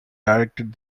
directed